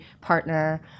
partner